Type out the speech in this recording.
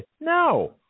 no